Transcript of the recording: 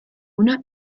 una